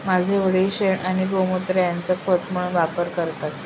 माझे वडील शेण आणि गोमुत्र यांचा खत म्हणून वापर करतात